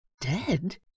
Dead